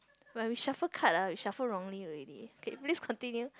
when we shuffle card ah we shuffle wrongly already okay please continue